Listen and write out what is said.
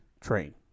train